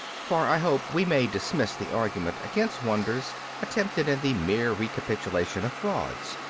for i hope we may dismiss the argument against wonders attempted in the mere recapitulation of frauds,